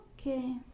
okay